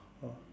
ah